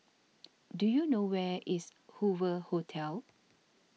do you know where is Hoover Hotel